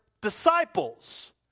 disciples